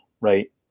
Right